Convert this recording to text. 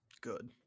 Good